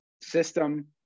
system